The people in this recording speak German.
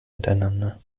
miteinander